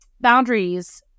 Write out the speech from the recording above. boundaries